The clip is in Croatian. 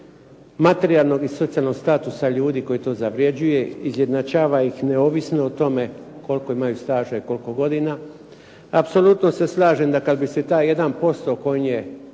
materijalnog i socijalnog statusa ljudi koji to zavređuju, izjednačava ih neovisno o tome koliko imaju staža i koliko godina. Apsolutno se slažem da kad bi se taj 1% o kojem